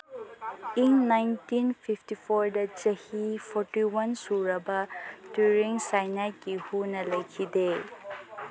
ꯏꯪ nineteen fifty ꯐꯣꯔꯗ ꯆꯍꯤ ꯐꯣꯔꯇꯤ ꯋꯥꯟ ꯁꯨꯔꯕ ꯇ꯭ꯌꯨꯔꯤꯡ ꯁꯥꯏꯅꯥꯏꯠꯀꯤ ꯍꯨꯅ ꯂꯩꯈꯤꯗꯦ